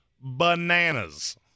bananas